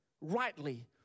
rightly